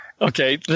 okay